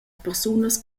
persunas